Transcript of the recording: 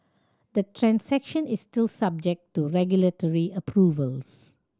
the transaction is still subject to regulatory approvals